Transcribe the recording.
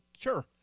sure